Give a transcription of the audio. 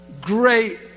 Great